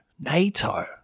NATO